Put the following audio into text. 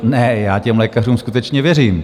Ne, já těm lékařům skutečně věřím.